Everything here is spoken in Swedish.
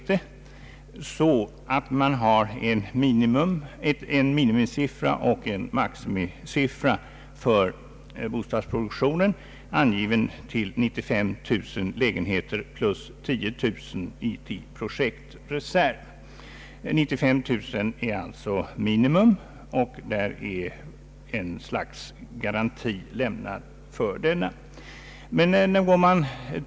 Detta anges inom en minimisiffra och en maximisiffra för bostadsproduktionen — 95 000 lägenheter plus 10000 i projektreserv d.v.s. 105 000. 95000 lägenheter är således minimum, och ett slags garanti lämnas för denna siffra.